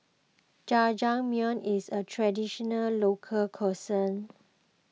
Jajangmyeon is a Traditional Local Cuisine